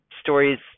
stories